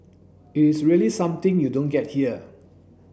it is really something you don't get here